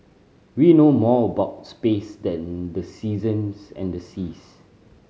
we know more about space than the seasons and the seas